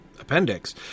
appendix